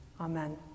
Amen